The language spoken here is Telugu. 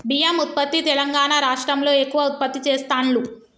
బియ్యం ఉత్పత్తి తెలంగాణా రాష్ట్రం లో ఎక్కువ ఉత్పత్తి చెస్తాండ్లు